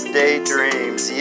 daydreams